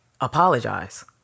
apologize